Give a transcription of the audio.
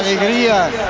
alegría